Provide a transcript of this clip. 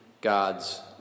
God's